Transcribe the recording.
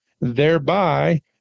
thereby